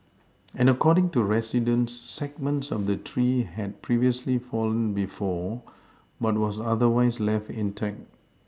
and according to residents segments of the tree had previously fallen before but was otherwise left intact